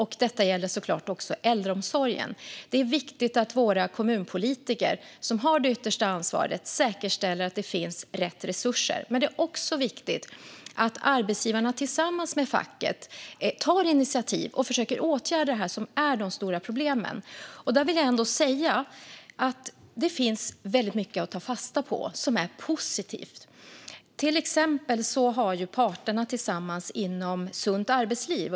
Detta gäller såklart också äldreomsorgen. Det är viktigt att våra kommunpolitiker, som har det yttersta ansvaret, säkerställer att det finns rätt resurser. Men det är också viktigt att arbetsgivarna tillsammans med facket tar initiativ och försöker åtgärda det som är de stora problemen. Det finns väldigt mycket att ta fasta på som är positivt. Parterna har till exempel tillsammans arbetat inom Sunt arbetsliv.